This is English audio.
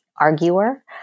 arguer